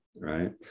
right